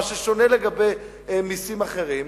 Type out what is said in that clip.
מה ששונה לגבי מסים אחרים,